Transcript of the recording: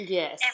Yes